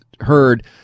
heard